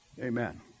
Amen